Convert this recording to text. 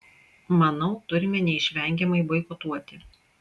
manau turime neišvengiamai boikotuoti